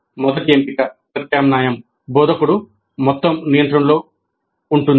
మొదటి ఎంపిక ప్రత్యామ్నాయం బోధకుడు మొత్తం నియంత్రణలో ఉంది